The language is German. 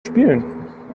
spielen